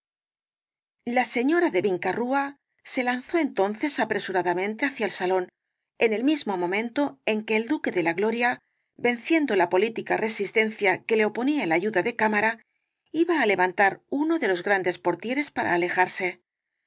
la señora de vinca rúa se lanzó entonces apresuradamente hacia el salón en el mismo momento en que el duque de la gloria venciendo la política resistencia que le oponía el ayuda de cámara iba á levantar uno de los grandes portieres para alejarse